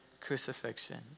crucifixion